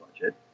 budget